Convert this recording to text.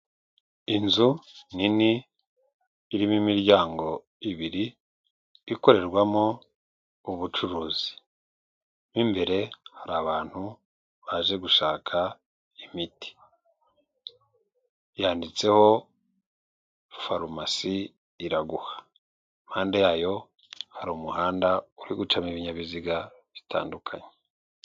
Inzu nini irimo imiryango ibiri ikorerwamo ubucuruzi, mo imbere hari abantu baje gushaka imiti yanditseho "farumasi Iraguha", impande yayo hari umuhanda uri gucamo ibinyabiziga bitandukanye.